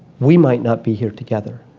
we might not be here together.